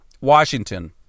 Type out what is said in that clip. Washington